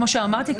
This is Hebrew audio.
ככל שאמרתי,